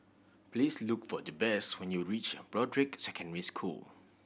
please look for Jabez when you reach Broadrick Secondary School